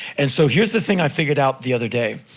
and so, here's the thing i figured out the other day.